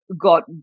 got